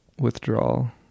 withdrawal